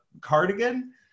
cardigan